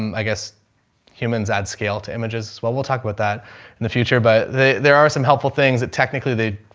i guess humans add scale to images as well. we'll talk about that in the future, but they, there are some helpful things that technically they,